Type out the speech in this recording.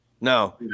No